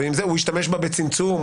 הוא ישתמש בה בצמצום,